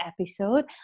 episode